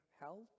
health